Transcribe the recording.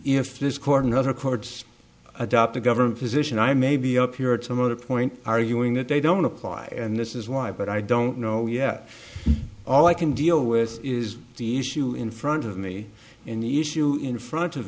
if this court and other courts adopt a government position i may be up here at some other point arguing that they don't apply and this is why but i don't know yet all i can deal with is the issue in front of me and the issue in front of